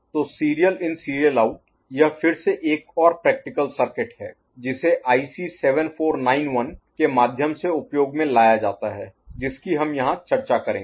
तो SISO यह फिर से एक और प्रैक्टिकल Practical व्यावहारिक सर्किट है जिसे IC 7491 के माध्यम से उपयोग में लाया जाता है जिसकी हम यहां चर्चा करेंगे